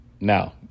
now